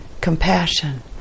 compassion